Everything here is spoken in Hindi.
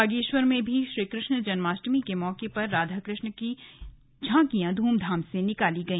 बागेश्वर में भी श्रीकृष्ण जन्माष्टमी के मौके पर राधा कृष्ण की यात्राएं धूमधाम से निकाली गई